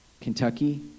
Kentucky